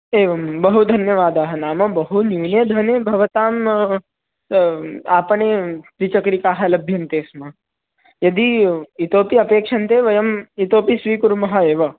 एवं बहु धन्यवादाः नाम बहु न्यूने धने भवतां आपणे द्विचक्रिकाः लभ्यन्ते स्म यदि इतोपि अपेक्षन्ते वयम् इतोपि स्वीकुर्मः एव